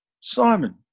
Simon